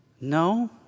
No